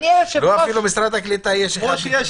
אפילו במשרד הקליטה יש 1.4%. כמו שיש